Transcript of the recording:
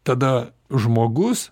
tada žmogus